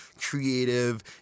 creative